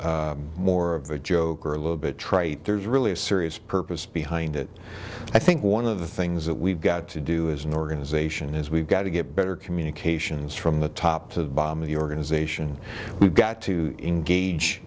sounds more of a joke or a little bit trite there's really a serious purpose behind it i think one of the things that we've got to do is nor going to zation is we've got to get better communications from the top to bottom of the organization we've got to engage